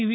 V